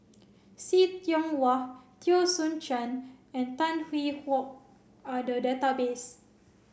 See Tiong Wah Teo Soon Chuan and Tan Hwee Hock are the database